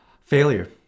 Failure